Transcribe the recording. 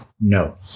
no